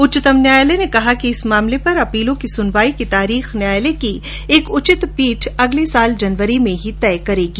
उच्चतम न्यायालय ने आज कहा कि इस मामले पर अपीलों की सुनवाई की तारीख न्यायालय की एक उचित पीठ अगले वर्ष जनवरी में ही तय करेगी